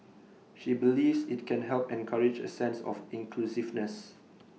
she believes IT can help encourage A sense of inclusiveness